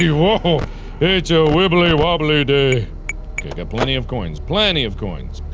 you know joe wibbly-wobbly do get get plenty of coins plenty of coins